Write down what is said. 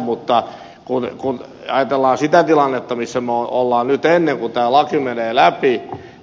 mutta kun ajatellaan sitä tilannetta missä me olemme nyt ennen kuin tämä laki menee läpi